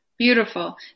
Beautiful